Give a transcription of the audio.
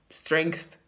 strength